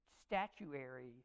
statuary